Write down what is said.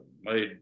made